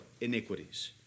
iniquities